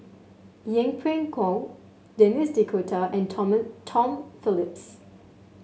Yeng Pway Ngon Denis D'Cotta and Tom Phillips